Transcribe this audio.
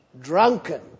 drunken